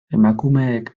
emakumeek